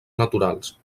naturals